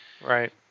Right